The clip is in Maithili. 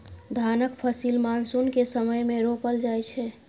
धानक फसिल मानसून के समय मे रोपल जाइ छै